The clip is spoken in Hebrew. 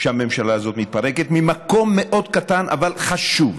שהממשלה הזאת מתפרקת ממקום מאוד קטן אבל חשוב,